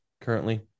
currently